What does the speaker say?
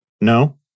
No